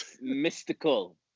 mystical